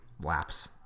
laps